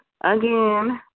again